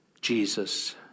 Jesus